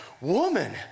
woman